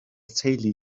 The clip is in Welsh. teulu